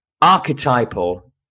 archetypal